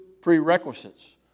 prerequisites